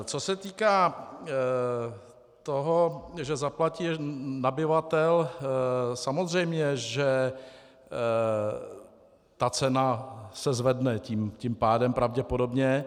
Co se týká toho, že zaplatí nabyvatel, samozřejmě, že ta cena se zvedne tím pádem pravděpodobně.